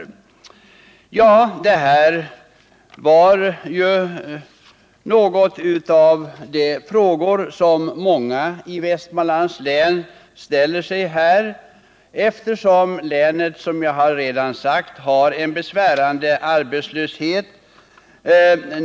Det här var några av de frågor som många i Västmanlands län ställer sig, eftersom länet har, som jag redan sagt, en besvärande arbetslöshet.